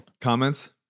comments